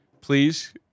please